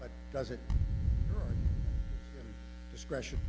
but does it discretion